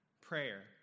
prayer